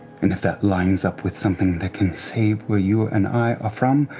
and if that lines up with something that can save where you and i are from,